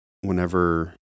whenever